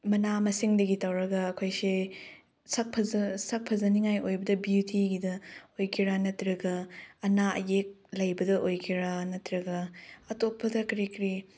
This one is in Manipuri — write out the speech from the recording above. ꯃꯅꯥ ꯃꯁꯤꯡꯗꯒꯤ ꯇꯧꯔꯒ ꯑꯩꯈꯣꯏꯁꯦ ꯁꯛ ꯐꯖꯅꯤꯡꯉꯥꯏ ꯑꯣꯏꯕꯗ ꯕ꯭ꯌꯨꯇꯤꯒꯤꯗ ꯑꯣꯏꯒꯦꯔ ꯅꯠꯇ꯭ꯔꯒ ꯑꯅꯥ ꯑꯌꯦꯛ ꯂꯩꯕꯗ ꯑꯣꯏꯒꯦꯔ ꯅꯠꯇ꯭ꯔꯒ ꯑꯇꯣꯞꯄꯗ ꯀꯔꯤ ꯀꯔꯤ